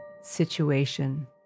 situation